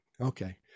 Okay